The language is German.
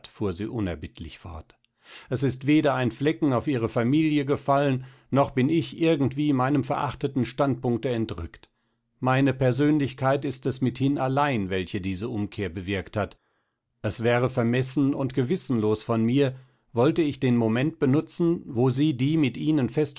fuhr sie unerbittlich fort es ist weder ein flecken auf ihre familie gefallen noch bin ich irgendwie meinem verachteten standpunkte entrückt meine persönlichkeit ist es mithin allein welche diese umkehr bewirkt hat es wäre vermessen und gewissenlos von mir wollte ich den moment benutzen wo sie die mit ihnen